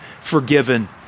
forgiven